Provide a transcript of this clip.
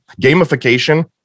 Gamification